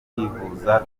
kwivuza